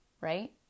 right